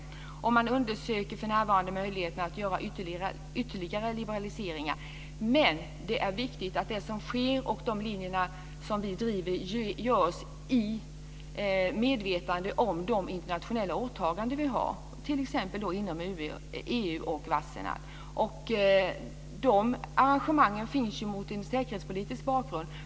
För närvarande undersöker man möjligheterna till ytterligare liberaliseringar men det är viktigt att det som sker - det gäller också de linjer som vi driver - görs i medvetande om de internationella åtaganden som vi har, t.ex. inom EU och Wassenaar. De arrangemangen gäller ju mot säkerhetspolitisk bakgrund.